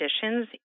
conditions